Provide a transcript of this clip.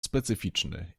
specyficzny